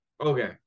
Okay